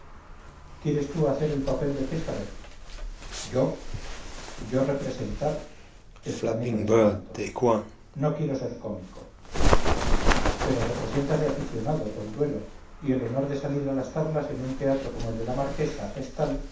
quieres tú hacer el papel de pésaro yo yo representar exclamé con espanto no quiero ser cómico pero representas de aficionado tontuelo y el honor de salir a las tablas en un teatro como el de la marquesa es tal